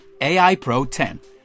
AIPRO10